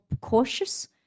cautious